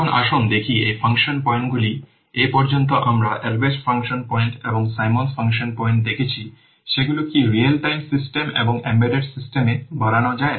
এখন আসুন দেখি এই ফাংশন পয়েন্টগুলি এপর্যন্ত আমরা Albrecht ফাংশন পয়েন্ট এবং Symons ফাংশন পয়েন্ট দেখেছি সেগুলি কি রিয়েল টাইম সিস্টেম এবং এমবেডেড সিস্টেম এ বাড়ানো যায়